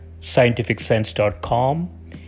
scientificsense.com